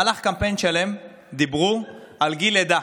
במהלך קמפיין שלם דיברו על גיל לידה.